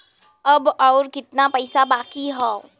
अब अउर कितना पईसा बाकी हव?